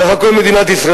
ככה כל מדינת ישראל.